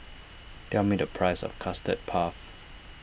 tell me the price of Custard Puff